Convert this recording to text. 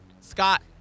Scott